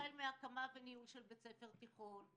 החל מהקמה וניהול של בית ספר תיכון,